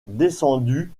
descendue